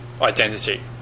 identity